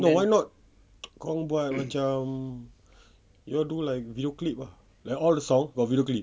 no why not korang buat macam you all do like video clip ah like all the songs got video clip